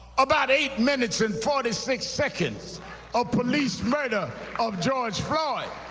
about eight minutes and forty six seconds of police murder of george floyd. oh,